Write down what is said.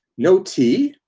no tea?